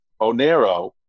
Onero